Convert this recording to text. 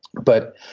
but